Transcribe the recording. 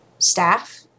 Staff